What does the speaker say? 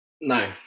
No